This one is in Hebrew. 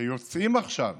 שיוצאים עכשיו